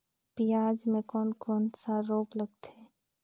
पियाज मे कोन कोन सा रोग लगथे?